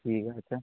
ঠিক আছে